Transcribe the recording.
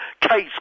Case